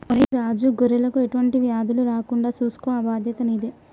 ఒరై రాజు గొర్రెలకు ఎటువంటి వ్యాధులు రాకుండా సూసుకో ఆ బాధ్యత నీదే